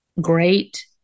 great